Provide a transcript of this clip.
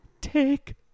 take